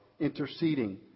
interceding